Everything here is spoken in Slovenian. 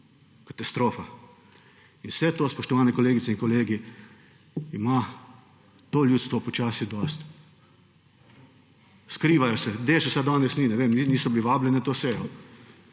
Katastrofa. In vse to spoštovane kolegice in kolegi, ima to ljudstvo počasi dosti. Skrivajo se, DeSUS-a danes ni, ne vem, niso bili vabljeni na to sejo?